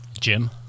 Jim